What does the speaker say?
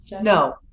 no